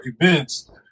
events